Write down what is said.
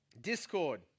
Discord